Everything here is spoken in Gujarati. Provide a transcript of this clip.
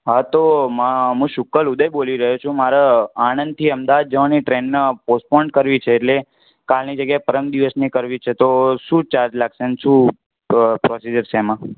હા તો મા હું શુક્લ ઉદય બોલી રહ્યો છું મારે આણંદથી અમદાવાદ જવાની ટ્રેનને પોસ્ટપોંડ કરવી છે એટલે કાલની જગ્યાએ પરમ દિવસની કરવી છે તો શું ચાર્જ લાગશે અને શું પ્રોસીજર છે એમાં